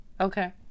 Okay